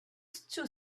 stop